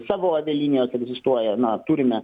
savo daliniuose egzistuoja na turime